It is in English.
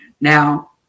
Now